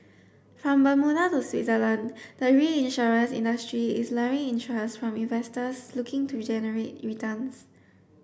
from Bermuda to Switzerland the reinsurance industry is luring interest from investors looking to generate returns